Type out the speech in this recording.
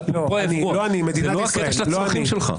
זה לא קטע של הצרכים שלך.